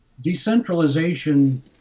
decentralization